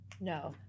No